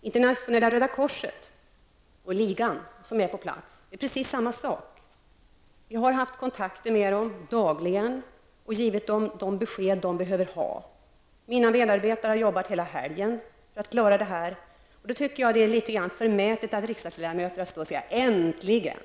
Internationella Röda korset och Ligan är på plats. Det är precis samma sak där, vi har haft kontakt med dem dagligen och givit dem de besked de behöver ha. Mina medarbetare har arbetat hela helgen för att klara det här. Då tycker jag att det är litet grand förmätet av riksdagens ledamöter att stå och säga ''äntligen''.